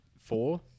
four